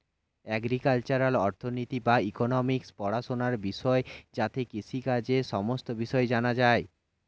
agricultural অর্থনীতি বা economics পড়াশোনার বিষয় যাতে কৃষিকাজের সমস্ত বিষয় জানা যায়